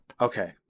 Okay